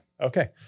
Okay